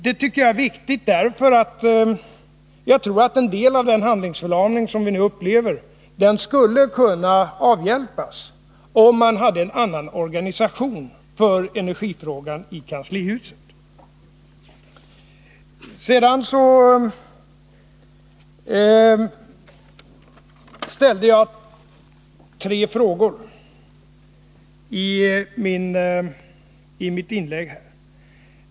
Det tycker jag är viktigt, därför att jag tror att en del av den handlingsförlamning som vi nu upplever skulle kunna avhjälpas, om man hade en annan organisation för handläggningen av energifrågan i kanslihuset. Sedan ställde jag tre frågor i mitt inlägg.